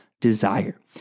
desire